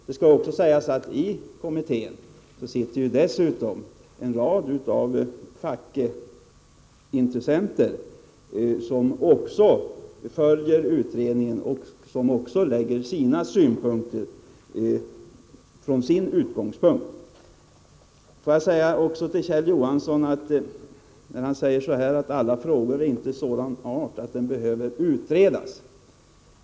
Det skall också sägas att det i kommittén dessutom sitter en rad fackintressenter, som följer utredningen och framlägger synpunkter från sina utgångspunkter. Låt mig också säga några ord till Kjell Johansson, som säger att alla frågor inte är av sådan art att de behöver utredas.